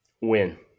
Win